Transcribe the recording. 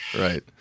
Right